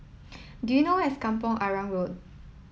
do you know where is Kampong Arang Road